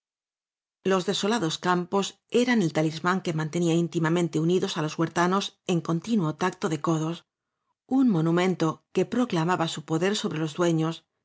los desolados campos eran el talismán que mantenía íntimamente unidos á los huertanos en continuo tacto de codos un monumento que proclamaba su poder sobre los dueños